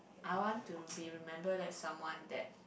I want to be remember that someone that